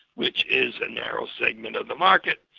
which is a narrow segment of the market.